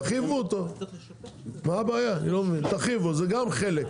זה גם חלק.